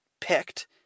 picked